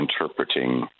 interpreting